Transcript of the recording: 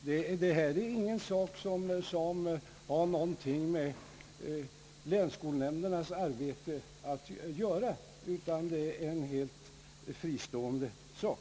Detta är ingenting som har något med länsskolnämndernas arbete att göra, utan det är en helt fristående sak.